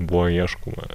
buvo ieškoma